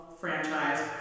franchise